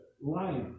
life